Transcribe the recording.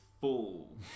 full